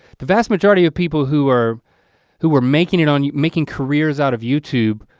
the vast majority of people who were who were making it on making careers out of youtube,